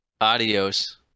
Adios